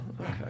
Okay